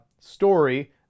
story